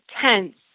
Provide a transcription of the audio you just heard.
tense